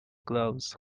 gloves